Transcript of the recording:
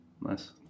nice